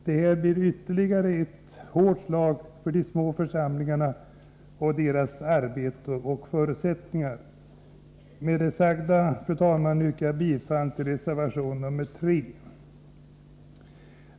Det blir ytterligare ett hårt slag för de små församlingarna och deras arbete och förutsättningar. Med det sagda, fru talman, yrkar jag bifall till reservation 3.